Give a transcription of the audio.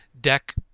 deck